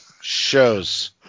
shows